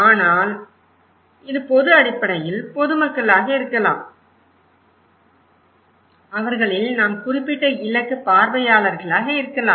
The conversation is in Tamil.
எனவே இது பொது அடிப்படையில் பொது மக்களாக இருக்கலாம் ஆனால் அவர்களில் நாம் குறிப்பிட்ட இலக்கு பார்வையாளர்களாக இருக்கலாம்